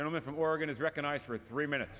gentleman from oregon is recognized for three minutes